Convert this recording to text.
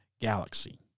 galaxy